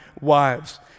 wives